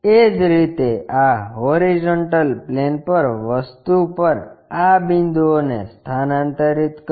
એ જ રીતે આ હોરીઝોન્ટલ પ્લેન વસ્તુ પર આ બિંદુઓને સ્થાનાંતરિત કરો